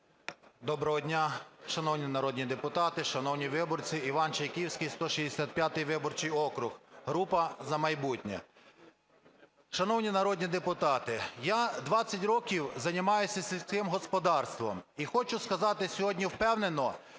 Доброго дня, шановні народні депутати, шановні виборці! Іван Чайківський, 164 виборчий округ, група "За майбутнє". Шановні народні депутати, я 20 років займаюся сільським господарством. І хочу сказати сьогодні впевнено,